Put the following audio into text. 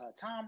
Tom